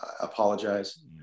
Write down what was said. apologize